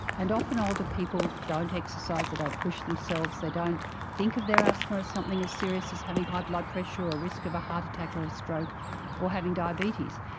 and often older people don't exercise, they don't push themselves, they don't think of their asthma as something as serious as having high blood pressure or risk of a heart attack or ah stroke or having diabetes.